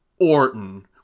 Orton